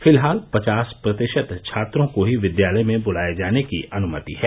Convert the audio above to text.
फिलहाल पचास प्रतिशत छात्रों को ही विद्यालय में बुलाए जाने की अनुमति है